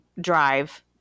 drive